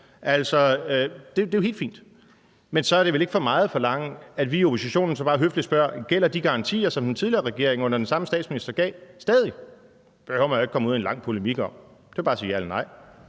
Det er jo helt fint. Men så er det vel ikke for meget at forlange, når vi så i oppositionen høfligt spørger, om de garantier, som den tidligere regering under den samme statsminister gav, stadig gælder. Det behøver man ikke at komme ud i en lang polemik om. Man kan bare sige ja eller nej.